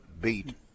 beat